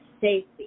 safety